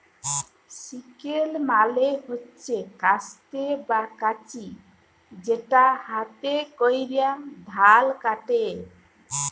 sickle মালে হচ্যে কাস্তে বা কাঁচি যেটাতে হাতে ক্যরে ধাল কাটে